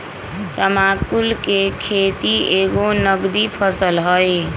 तमाकुल कें खेति एगो नगदी फसल हइ